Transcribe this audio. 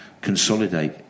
consolidate